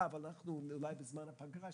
אנחנו מאוד שמחים להיות חלק מקהילה מגוונת,